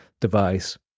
device